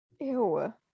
Ew